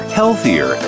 healthier